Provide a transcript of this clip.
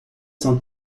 cent